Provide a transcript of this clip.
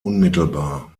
unmittelbar